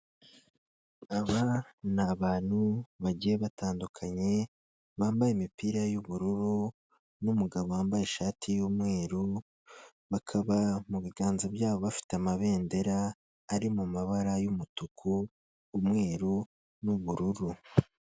Aba ni abantu bagiye batandukanye bambaye imipira y'ubururu, n'umugabo wambaye ishati y'umweru, bakaba mu biganza byabo bafite amabendera ari mu mabara y'umutuku, umweru n'ubururu.